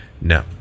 No